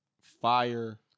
fire